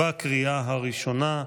בקריאה הראשונה.